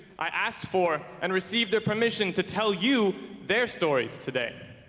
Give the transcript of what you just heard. i asked for and received their permission to tell you their stories today.